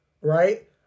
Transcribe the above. right